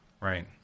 Right